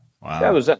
Wow